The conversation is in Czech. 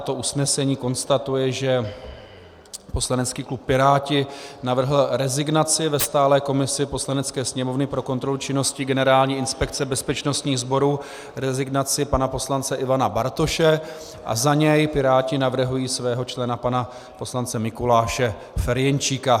To usnesení konstatuje, že poslanecký klub Piráti navrhl rezignaci ve stálé komisi Poslanecké sněmovny pro kontrolu činnosti Generální inspekce bezpečnostních sborů, rezignaci pana poslance Ivana Bartoše, a za něj Piráti navrhují svého člena pana poslance Mikuláše Ferjenčíka.